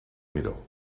miró